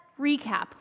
recap